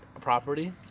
property